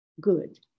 good